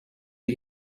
the